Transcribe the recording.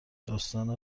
داستان